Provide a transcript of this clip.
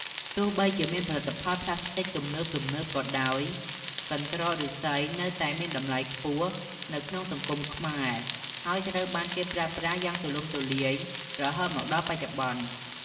ទោះបីជាមានផលិតផលប្លាស្ទិកទំនើបៗក៏ដោយ កន្រ្តកឫស្សីនៅតែមានតម្លៃខ្ពស់នៅក្នុងសង្គមខ្មែរ ហើយត្រូវបានគេប្រើប្រាស់យ៉ាងទូលំទូលាយរហូតមកដល់បច្ចុប្បន្ន។